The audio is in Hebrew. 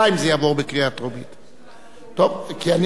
מה שאתה אומר זה מהפכני.